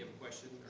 question.